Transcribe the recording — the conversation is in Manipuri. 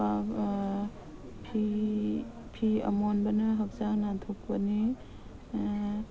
ꯐꯤ ꯑꯃꯣꯟꯕꯅ ꯍꯛꯆꯥꯡ ꯅꯥꯟꯊꯣꯛꯀꯅꯤ